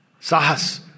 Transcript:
Sahas